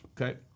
okay